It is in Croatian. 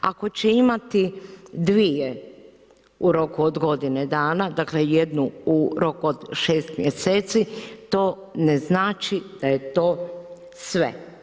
Ako će imati dvije u roku od godine dana, dakle jednu u roku od 6 mjeseci to ne znači da je to sve.